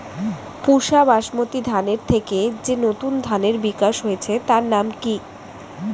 পুসা বাসমতি ধানের থেকে যে নতুন ধানের বিকাশ হয়েছে তার নাম কি?